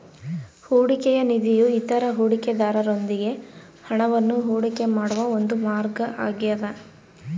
ಹೂಡಿಕೆಯ ನಿಧಿಯು ಇತರ ಹೂಡಿಕೆದಾರರೊಂದಿಗೆ ಹಣವನ್ನು ಹೂಡಿಕೆ ಮಾಡುವ ಒಂದು ಮಾರ್ಗ ಆಗ್ಯದ